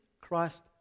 Christ